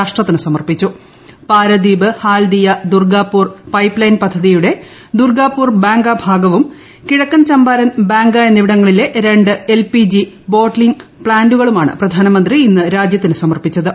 രാഷ്ട്രത്തിന് Paradip Haldia Durgapur pipe line പദ്ധതിയുടെ ദുർഗ്ഗാപൂർ ബാങ്ക ഭാഗവും കിഴക്കൻ ചമ്പാരൻ ബാങ്ക എന്നിവിടങ്ങളിലെ രണ്ട് എൽ പി ജി ബോട്ട്ലിംഗ് പ്താന്റുകളുമാണ് പ്രധാനമന്ത്രി ഇന്ന് രാജ്യത്തിന് സമർപ്പിച്ചത്